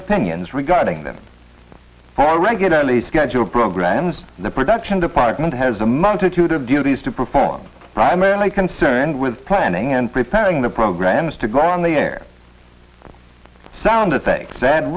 opinions regarding them for regularly scheduled programs the production department has a multitude of duties to perform primarily concerned with planning and preparing the programs to go on the air sound effects